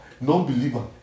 non-believer